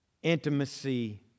intimacy